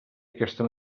aquesta